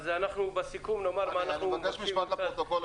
אז אנחנו בסיכום נאמר מה אנחנו מבקשים --- אני מבקש משפט לפרוטוקול,